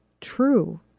true